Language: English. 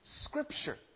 scripture